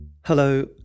Hello